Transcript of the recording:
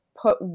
put